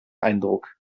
eindruck